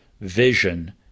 vision